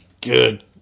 Good